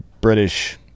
British